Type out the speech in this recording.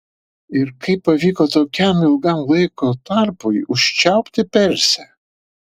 ir kaip pavyko tokiam ilgam laiko tarpui užčiaupti persę